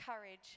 courage